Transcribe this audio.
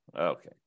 Okay